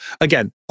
again